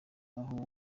aho